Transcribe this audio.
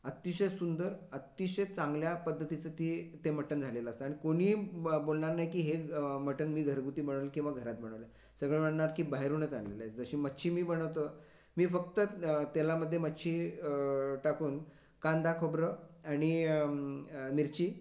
अतिशय सुंदर अतिशय चांगल्या पद्धतीचं ते ते मटन झालेलं असतं आणि कुणीही ब बोलणार नाही की हे मटन मी घरगुती बनवलं किंवा घरात बनवलंय सगळे म्हणणार की बाहेरूनच आणलेलं आहे जशी मच्छी मी बनवतो मी फक्त तेलामध्ये मच्छी टाकून कांदा खोबरं आणि मिरची